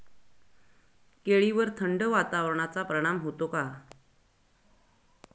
केळीवर थंड वातावरणाचा परिणाम होतो का?